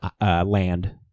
land